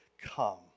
come